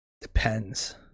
Depends